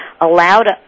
allowed